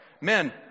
Men